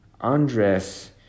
Andres